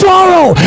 Sorrow